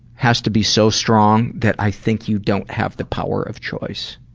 has to be so strong that i think you don't have the power of choice.